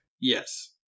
Yes